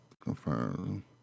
confirm